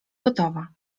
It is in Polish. gotowa